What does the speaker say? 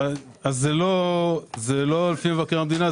זה לא לפי מבקר המדינה,